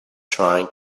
trying